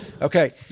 Okay